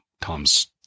Tom's